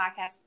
podcast